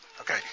Okay